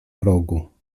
progu